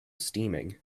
steaming